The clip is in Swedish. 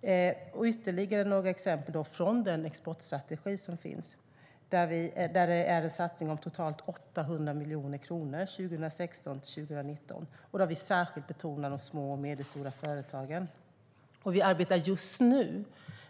Jag har ytterligare exempel från den exportstrategi som finns. Det är en satsning om totalt 800 miljoner kronor 2016-2019. Då har vi särskilt betonat de små och medelstora företagen. Och vi arbetar just nu